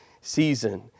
season